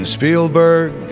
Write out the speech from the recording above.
Spielberg